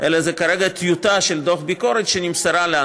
אלא זאת כרגע טיוטה של דוח ביקורת שנמסרה לנו.